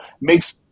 makes